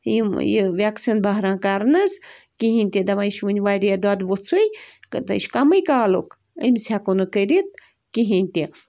یِم یہِ وٮ۪کسیٖن بہران کَرنَس کِہیٖنۍ تہِ دَپان یہِ چھُ وٕنۍ واریاہ دۄدٕ ووٚژھُے تہٕ یہِ چھُ کَمٕے کالُک أمِس ہٮ۪کو نہٕ کٔرِتھ کِہیٖنۍ تہِ